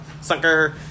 sucker